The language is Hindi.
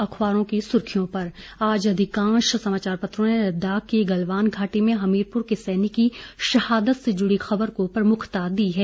अखबारों की सुर्खियों पर आज अधिकांश समाचार पत्रों ने लद्दाख की गलवान घाटी में हमीरपुर के सैनिक की शहादत से जुड़ी खबर को प्रमुखता दी है